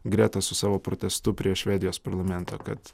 gretas su savo protestu prieš švedijos parlamentą kad